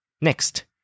Next